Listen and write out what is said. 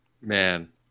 Man